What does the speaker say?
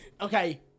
Okay